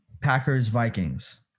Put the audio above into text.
Packers-Vikings